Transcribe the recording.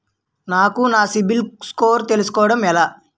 నాకు నా సిబిల్ స్కోర్ తెలుసుకోవడం ఎలా?